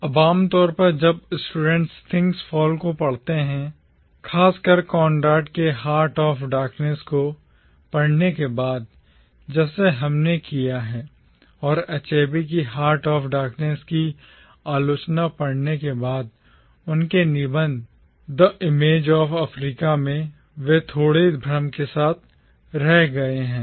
अब आमतौर पर जब स्टूडेंट्स थैंक्स फॉल को पढ़ते हैं खासकर कॉनराड के हार्ट ऑफ डार्कनेस को पढ़ने के बाद जैसे हमने किया है और अचेबे की हार्ट ऑफ़ डार्कनेस की आलोचना पढ़ने के बाद उनके निबंध द इमेज ऑफ़ अफ्रीका में वे थोड़े भ्रम के साथ रह गए हैं